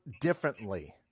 differently